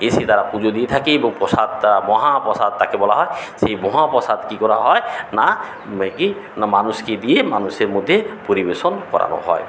এসে তারা পুজো দিয়ে থাকে এবং প্রসাদ তা মহাপ্রসাদ তাকে বলা হয় সেই মহাপ্রসাদ কী করা হয় না না মানুষকে দিয়ে মানুষের মধ্যে পরিবেশন করানো হয়